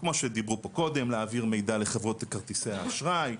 כמו שדיברו פה קודם להעביר מידע לחברות כרטיסי האשראי,